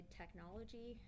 technology